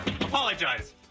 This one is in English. Apologize